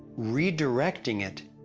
redirecting it.